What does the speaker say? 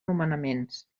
nomenaments